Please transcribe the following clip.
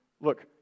look